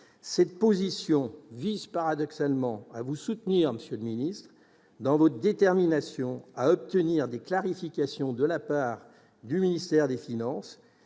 Cette position vise, paradoxalement, à soutenir, monsieur le ministre, votre détermination à obtenir des clarifications de la part du ministère des finances,